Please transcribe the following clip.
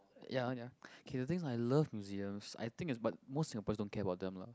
ya ya K the thing is I love museums I think is but most Singaporeans don't care about them lah